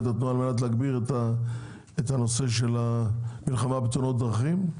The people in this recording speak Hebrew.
התנועה על מנת להגביר את הנושא של המלחמה בתאונות דרכים.